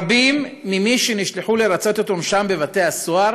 רבים ממי שנשלחו לרצות את עונשם בבתי הסוהר